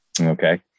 Okay